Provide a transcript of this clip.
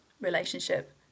relationship